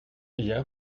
hier